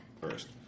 first